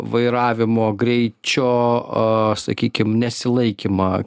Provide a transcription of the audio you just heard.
vairavimo greičio a sakykim nesilaikymą